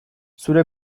zure